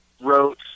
wrote